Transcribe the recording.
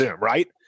right